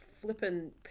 flippin